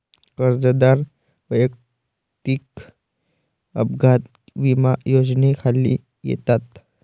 कर्जदार वैयक्तिक अपघात विमा योजनेखाली येतात